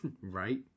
Right